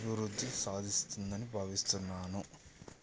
అభివృద్ధి సాధిస్తుందని భావిస్తున్నాను